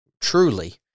truly